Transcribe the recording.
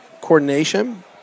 coordination